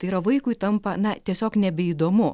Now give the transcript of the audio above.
tai yra vaikui tampa na tiesiog nebeįdomu